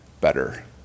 better